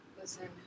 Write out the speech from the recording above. Listen